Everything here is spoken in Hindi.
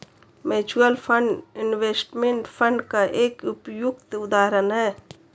म्यूचूअल फंड इनवेस्टमेंट फंड का एक उपयुक्त उदाहरण है